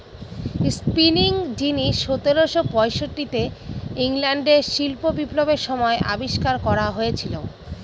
spinning jenny সতেরোশো পয়ষট্টিতে ইংল্যান্ডে শিল্প বিপ্লবের সময় আবিষ্কার করা হয়েছিল